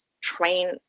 train